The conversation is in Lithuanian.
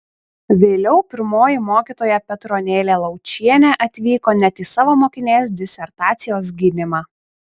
vėliau pirmoji mokytoja petronėlė laučienė atvyko net į savo mokinės disertacijos gynimą